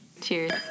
Cheers